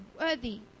worthy